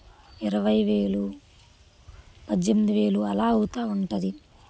ఇరవై వేలు పద్దెనిమిది వేలు అలా అవుతు ఉంటుంది